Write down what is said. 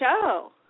show